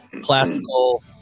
classical